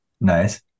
Nice